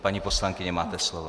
Paní poslankyně, máte slovo.